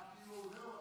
אה, כאילו, זהו?